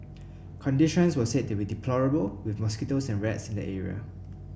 conditions were said to be deplorable with mosquitoes and rats in the area